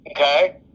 okay